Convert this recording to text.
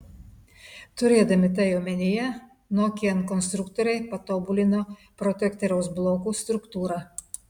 turėdami tai omenyje nokian konstruktoriai patobulino protektoriaus blokų struktūrą